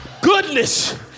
Goodness